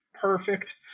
perfect